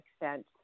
extent